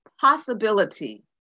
possibility